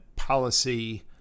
policy